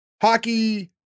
hockey